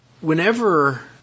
whenever